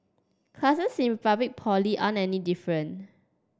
classes in public Poly aren't any different